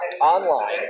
online